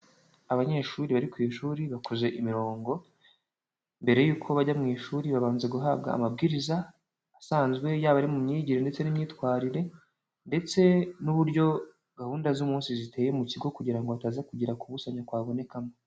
Abanyeshuri bari ku ishuri bakoze imirongo, mbere y'uko bajya mu ishuri babanza guhabwa amabwiriza asanzwe yaba ari mu myigire ndetse n'imyitwarire ndetse n'uburyo gahunda z'umunsi ziteye mu kigo kugira ngo hataza kugira kubusanya kwabonekamo.